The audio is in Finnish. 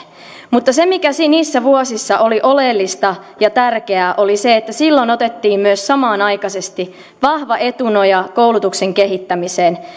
mutta se mikä niissä vuosissa oli oleellista ja tärkeää oli se että silloin otettiin myös samanaikaisesti vahva etunoja koulutuksen kehittämiseen